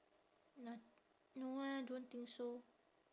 not~ no eh don't think so